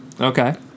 Okay